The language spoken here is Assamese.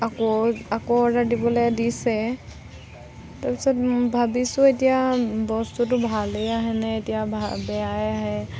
আকৌ আকৌ অৰ্ডাৰ দিবলৈ দিছে তাৰ পিছত ভাবিছোঁ এতিয়া বস্তুটো ভালেই আহেনে এতিয়া বা বেয়াই আহে